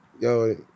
yo